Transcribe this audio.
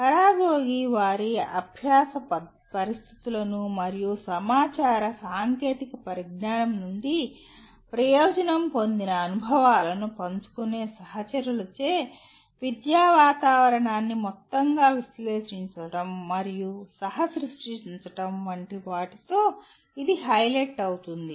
పరాగోజీ వారి అభ్యాస పరిస్థితులను మరియు సమాచార సాంకేతిక పరిజ్ఞానం నుండి ప్రయోజనం పొందిన అనుభవాలను పంచుకునే సహచరులచే విద్యా వాతావరణాన్ని మొత్తంగా విశ్లేషించడం మరియు సహ సృష్టించడం వంటి వాటితో ఇది హైలైట్ అవుతుంది